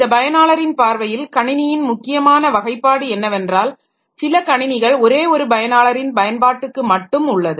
இந்த பயனாளரின் பார்வையில் கணினியின் முக்கியமான வகைப்பாடு என்னவென்றால் சில கணினிகள் ஒரே ஒரு பயனாளரின் பயன்பாட்டுக்கு மட்டும் உள்ளது